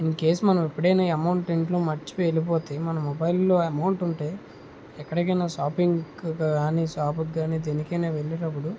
in case మనం ఎప్పుడైన amount ఇంట్లో మర్చిపోయి వెళ్ళిపోతే మన మొబైల్ ల్లో అమౌంట్ ఉంటే ఎక్కడికైన షాపింగ్ కి కానీ షాపు కి గాని దేనికైన వెళ్ళేటప్పుడు